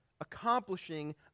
accomplishing